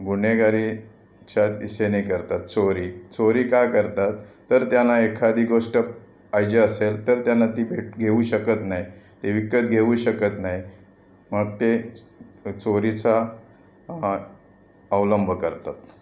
गुन्हेगारीच्या दिशेने करतात चोरी चोरी का करतात तर त्यांना एखादी गोष्ट पाहिजे असेल तर त्यांना ती भेट घेऊ शकत नाही ते विकत घेऊ शकत नाही मग ते चोरीचा अवलंब करतात